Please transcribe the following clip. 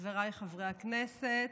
חבריי חברי הכנסת,